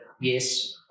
yes